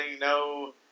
No